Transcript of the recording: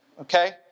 Okay